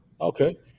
Okay